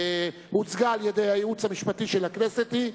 ושהוצגה על-ידי הייעוץ המשפטי של הכנסת היא,